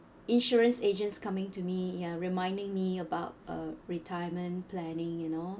insurance agents coming to me um reminding me about uh retirement planning you know